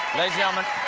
and gentlemen,